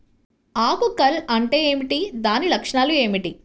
ఆకు కర్ల్ అంటే ఏమిటి? దాని లక్షణాలు ఏమిటి?